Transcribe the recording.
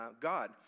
God